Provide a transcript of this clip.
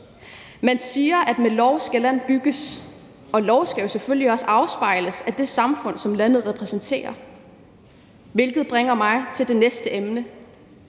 Man siger, at med lov skal land bygges, og loven skal selvfølgelig også afspejle det samfund, som landet repræsenterer, hvilket bringer mig videre til det næste emne: